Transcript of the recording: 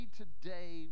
today